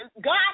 God